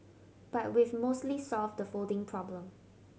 but we've mostly solved the folding problem